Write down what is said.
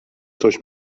coś